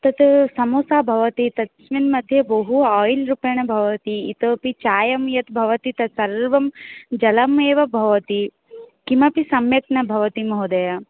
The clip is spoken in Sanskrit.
तत् समोसा भवति तस्मिन् मध्ये बहु ओयिल् रूपेण भवति इतोपि चायं यत् भवति तत् सर्वं जलमेव भवति किमपि सम्यक् न भवति महोदय